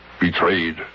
Betrayed